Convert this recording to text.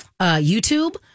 YouTube